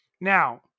now